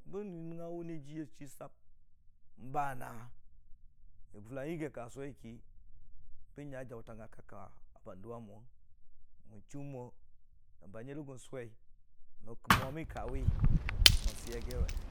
Bən nəngngə wʊni ji ə sisəp n'bə nə fʊla yigi ə kəsʊwəi ki bən nyə jəʊtang ə kək kə bəndʊwə mu wʊn, man chʊʊmo bənyirəgʊ sʊwəi nən mwəmi kə wi, mansi yə giwe.